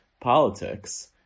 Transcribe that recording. politics